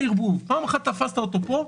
פעם אחת תפסת מתחם הערבוב פה,